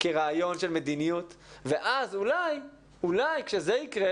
כרעיון של מדיניות, ואז אולי כשזה יקרה